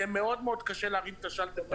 יהיה מאוד מאוד קשה להרים את השאלטר מחדש.